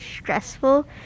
stressful